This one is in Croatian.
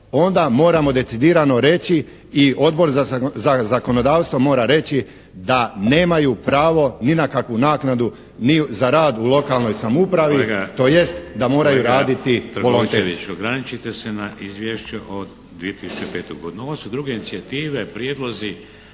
Onda moramo decidirano reći i Odbor za zakonodavstvo mora reći da nemaj upravo ni na kakvu naknadu ni za rad u lokalnoj samoupravi tj. da moraju raditi volonterski.